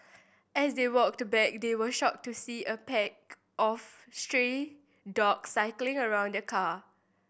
as they walked back they were shocked to see a pack of stray dogs circling around the car